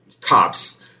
cops